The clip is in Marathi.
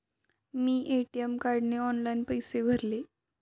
मी ए.टी.एम कार्डने ऑनलाइन पैसे भरले